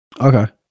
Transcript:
Okay